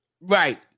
Right